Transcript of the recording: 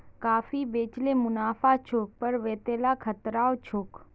काफी बेच ल मुनाफा छोक पर वतेला खतराओ छोक